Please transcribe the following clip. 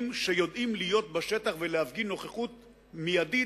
שיודעים להיות בשטח ולהפגין נוכחות מיידית.